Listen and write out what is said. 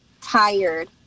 tired